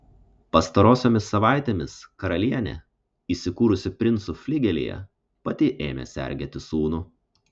pastarosiomis savaitėmis karalienė įsikūrusi princų fligelyje pati ėmė sergėti sūnų